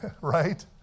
right